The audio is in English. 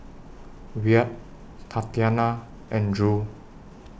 Wyatt Tatyana and Drew